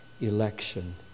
election